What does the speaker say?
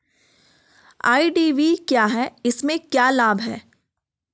IDV क्या है इसमें क्या लाभ है?